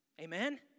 Amen